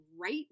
right